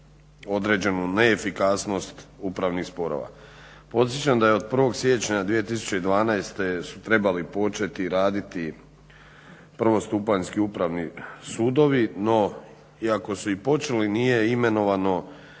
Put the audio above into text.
određenu neefikasnost upravnih sporova. Podsjećam da je od 1. siječnja 2012. su trebali početi raditi prvostupanjski upravni sudovi, no iako su i počeli nije imenovano